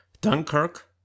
Dunkirk